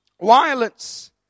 violence